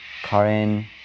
Karen